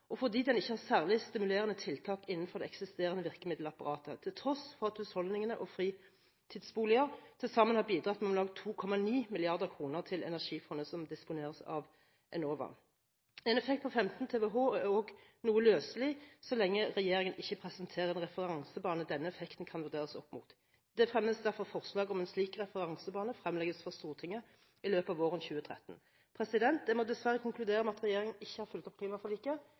og fordi den ikke har særlige stimulerende tiltak innenfor det eksisterende virkemiddelapparatet – til tross for at husholdningene og fritidsboliger til sammen har bidratt med om lag 2,9 mrd. kr til Energifondet, som disponeres av Enova. En effekt på 15 TWh er også noe løselig så lenge regjeringen ikke presenterer en referansebane denne effekten kan vurderes opp mot. Det fremmes derfor forslag om at en slik referansebane fremlegges for Stortinget i løpet av våren 2013. Jeg må dessverre konkludere med at regjeringen ikke har fulgt opp klimaforliket